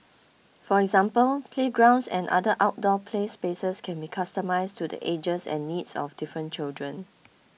for example playgrounds and other outdoor play spaces can be customised to the ages and needs of different children